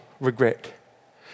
regret